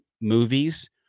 movies